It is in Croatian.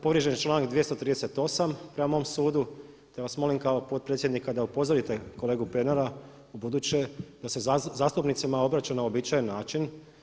Povrijeđen je članak 238. prema mom sudu te vas molim kao potpredsjednika da upozorite kolegu Pernara ubuduće da se zastupnicima obraća na uobičajen način.